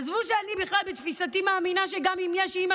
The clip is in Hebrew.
עזבו שאני בכלל בתפיסתי מאמינה שגם אם יש אימא